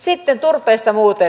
sitten turpeesta muuten